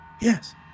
Yes